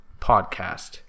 podcast